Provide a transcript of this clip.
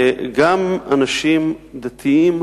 גם אנשים דתיים